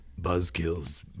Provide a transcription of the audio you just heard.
buzzkills